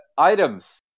Items